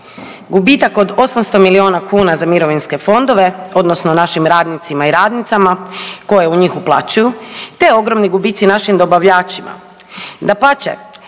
gubitak od 800 milijuna kuna za mirovinske fondove, odnosno našim radnicima i radnicama koje u njih uplaćuju, te ogromni gubici našim dobavljačima.